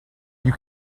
you